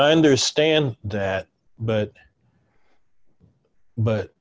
understand that but but